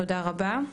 תודה רבה.